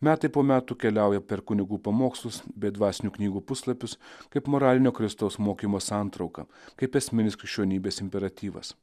metai po metų keliauja per kunigų pamokslus bei dvasinių knygų puslapius kaip moralinio kristaus mokymo santrauka kaip esminis krikščionybės imperatyvas